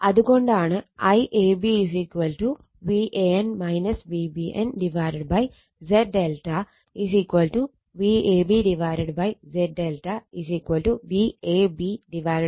അത് കൊണ്ടാണ് IAB Van Vbn Z∆ Vab Z ∆ VABZ ∆